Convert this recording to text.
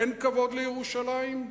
אין כבוד לירושלים?